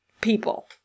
people